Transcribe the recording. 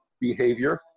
behavior